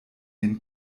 den